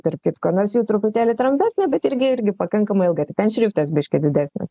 tarp kitko nors jų truputėlį trumpesnė bet irgi irgi pakankamai ilga ir ten šriftas biškį didesnis